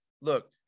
Look